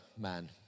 man